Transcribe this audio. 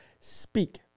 speak